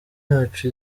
yacu